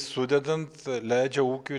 sudedant leidžia ūkiui